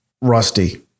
rusty